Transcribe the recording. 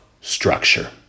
structure